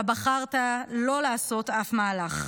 אתה בחרת שלא לעשות אף מהלך.